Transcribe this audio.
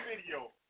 video